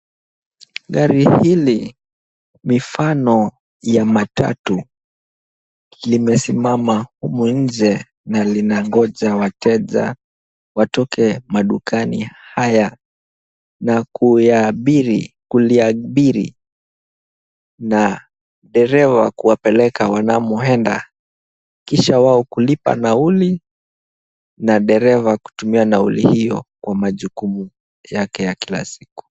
Gari hili ni mfano ya matatu . Limesimama humo nje na linangoja wateja watoke madukani haya na kuliabiri na dereva kuwapeleka wanamo enda, kisha wao kulipa nauli na dereva kutumia nauli hiyo kwa majukumu yake ya kila siku.